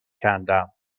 کندم